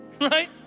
right